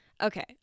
okay